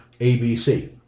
ABC